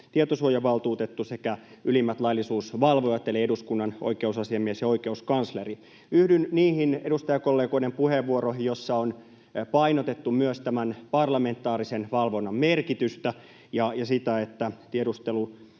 tietosuojavaltuutettu sekä ylimmät laillisuusvalvojat eli eduskunnan oikeusasiamies ja oikeuskansleri. Yhdyn niihin edustajakollegoiden puheenvuoroihin, joissa on painotettu myös tämän parlamentaarisen valvonnan merkitystä ja sitä, että